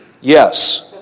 yes